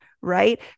right